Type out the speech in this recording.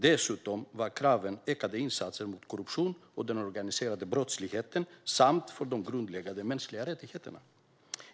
Dessutom var kraven ökade insatser mot korruptionen och den organiserade brottsligheten samt för de grundläggande mänskliga rättigheterna.